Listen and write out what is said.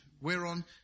whereon